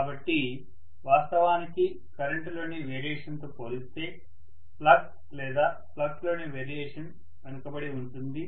కాబట్టి వాస్తవానికి కరెంటులోని వేరియేషన్ తో పోలిస్తే ఫ్లక్స్ లేదా ఫ్లక్స్ లోని వేరియేషన్ వెనుకబడి ఉంటుంది